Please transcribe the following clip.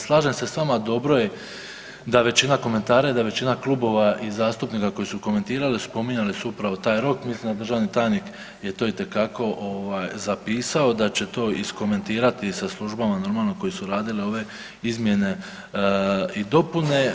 Slažem se s vama, dobro je da većina komentara i da većina klubova i zastupnika koji su komentirali spominjali su upravo taj rok, mislim da je državni tajnik to itekako zapisao, da će to iskomentirati sa službama koje su radile ove izmjene i dopune.